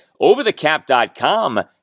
OverTheCap.com